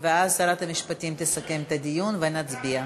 ואז שרת המשפטים תסכם את הדיון ונצביע.